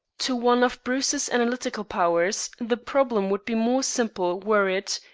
to one of bruce's analytical powers the problem would be more simple were it,